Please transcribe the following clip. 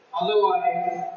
Otherwise